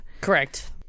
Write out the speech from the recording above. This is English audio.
correct